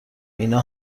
اینا